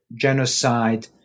genocide